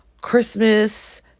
Christmas